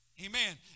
Amen